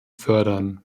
fördern